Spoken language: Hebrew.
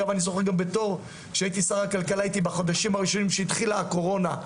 אני זוכר שכשהייתי שר הכלכלה בחודשים בהם התחילה הקורונה,